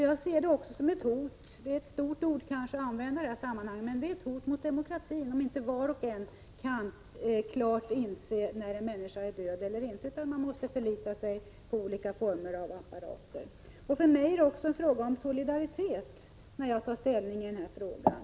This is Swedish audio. Jag ser det också som ett hot — även om det kanske är ett starkt ord att använda i det här sammanhanget — mot demokratin om inte var och en klart kan inse när en människa är död, utan man måste förlita sig på olika slag av apparater. För mig är det också en fråga om solidaritet när jag tar ställning i detta ärende.